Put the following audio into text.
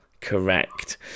correct